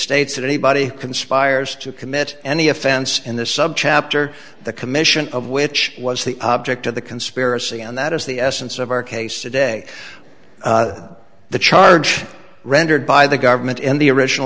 states that anybody conspires to commit any offense in this subchapter the commission of which was the object of the conspiracy and that is the essence of our case today the charge rendered by the government in the original